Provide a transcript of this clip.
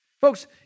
Folks